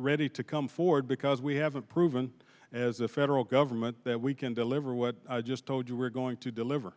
ready to come forward because we haven't proven as the federal government that we can deliver what i just told you we're going to deliver